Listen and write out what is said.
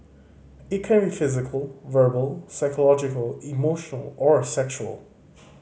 it can be physical verbal psychological emotional or sexual